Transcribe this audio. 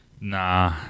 Nah